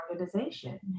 organization